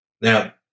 Now